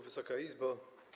Wysoka Izbo!